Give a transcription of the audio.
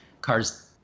Cars